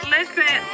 Listen